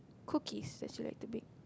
cookies that you like to bake